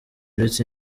uretse